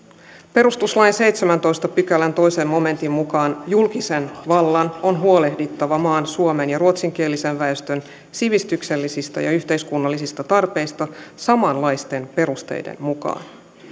perustuslain seitsemännentoista pykälän toisen momentin mukaan julkisen vallan on huolehdittava maan suomen ja ruotsinkielisen väestön sivistyksellisistä ja yhteiskunnallisista tarpeista samanlaisten perusteiden mukaan